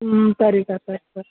ಹ್ಞೂ ಸರಿ ಸರ್ ಸರಿ ಸರ್